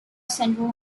central